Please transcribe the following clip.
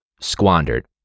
squandered